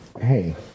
hey